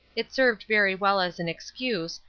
it served very well as an excuse,